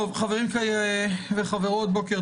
טוב, חברים וחברות, בוקר